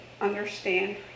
understand